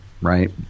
Right